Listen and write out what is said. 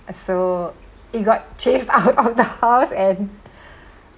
so it got chased out of the house and